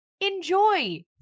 enjoy